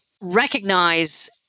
recognize